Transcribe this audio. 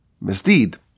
misdeed